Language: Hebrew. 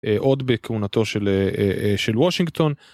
עוד בכהונתו של של וושינגטון.